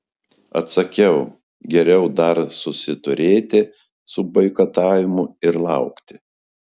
atsakiau geriau dar susiturėti su boikotavimu ir laukti